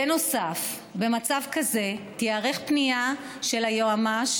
בנוסף, במצב כזה תיערך פנייה של היועמ"ש